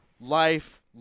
Life